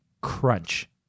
crunch